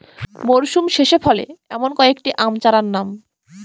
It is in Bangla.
মরশুম শেষে ফলে এমন কয়েক টি আম চারার নাম?